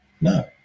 No